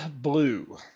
blue